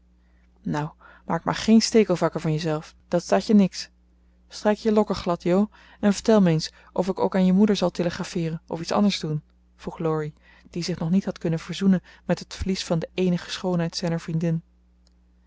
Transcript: nou maak maar geen stekelvarken van je zelf dat staat je niks strijk je lokken glad jo en vertel m'eens of ik ook aan je moeder zal telegrafeeren of iets anders doen vroeg laurie die zich nog niet had kunnen verzoenen met het verlies van de eenige schoonheid zijner vriendin